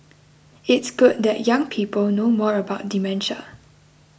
it's good that young people know more about dementia